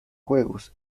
juegos